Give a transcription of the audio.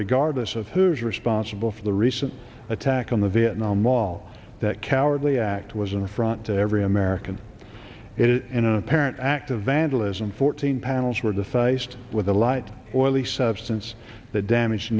regardless of who is responsible for the recent attack on the vietnam wall that cowardly act was an affront to every american it in a parent act of vandalism fourteen panels where the faced with a light oily substance that damage